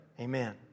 Amen